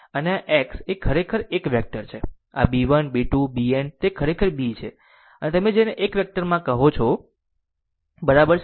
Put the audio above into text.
અને આ x એ ખરેખર 1 વેક્ટર છે આ b 1 b 2 bn તે ખરેખર b છે અથવા જેને તમે 1 વેક્ટરમાં કહો છો બરાબર છે